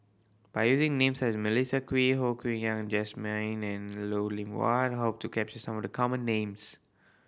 by using names such as Melissa Kwee Ho Yen Wah Jesmine and Lim Loh Huat we hope to capture some of the common names